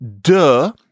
duh